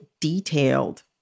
detailed